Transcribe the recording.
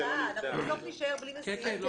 בסוף נישאר בלי מסיעים.